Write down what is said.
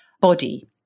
body